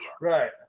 right